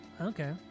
Okay